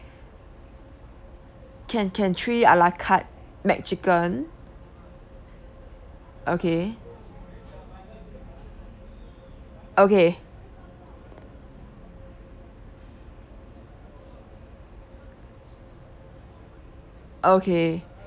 can can three a la carte mcchicken okay okay okay